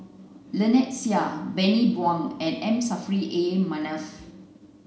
Lynnette Seah Bani Buang and M Saffri A Manaf